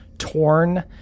torn